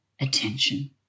attention